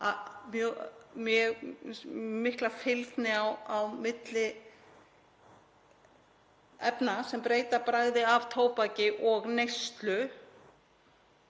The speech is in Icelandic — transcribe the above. mjög mikla fylgni á milli efna sem breyta bragði af tóbaki og neyslu